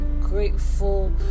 grateful